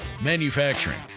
Manufacturing